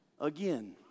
again